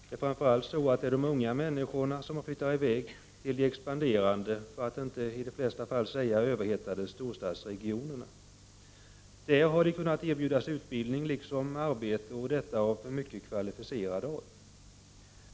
Det är framför allt de unga människorna som har flyttat i väg till de expanderande för att inte säga i många fall överhettade storstadsregionerna. Där har de kunnat erbjudas utbildning liksom arbete, ofta av mycket kvalificerad art.